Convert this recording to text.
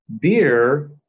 Beer